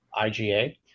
IgA